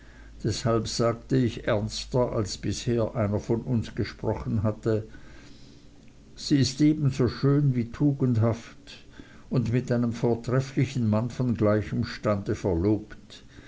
deshalb sagte ich ernster als bisher einer von uns gesprochen hatte sie ist ebenso schön wie tugendhaft und mit einem vortrefflichen mann von gleichem stande verlobt